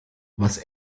was